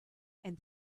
and